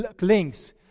links